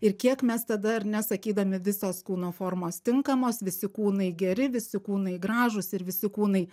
ir kiek mes tada ar ne sakydami visos kūno formos tinkamos visi kūnai geri visi kūnai gražūs ir visi kūnai